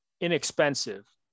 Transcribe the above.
inexpensive